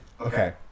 Okay